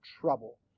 trouble